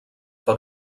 per